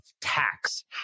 tax